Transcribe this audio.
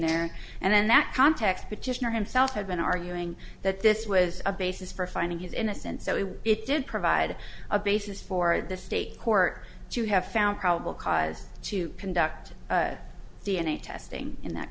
there and in that context petitioner himself had been arguing that this was a basis for finding his innocence so we did provide a basis for the state court to have found probable cause to conduct d n a testing in that